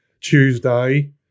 Tuesday